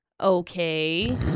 okay